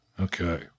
Okay